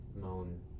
Moan